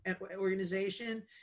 organization